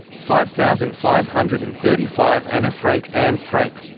five thousand five hundred and thirty five annefrank and annefrank